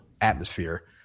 atmosphere